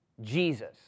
Jesus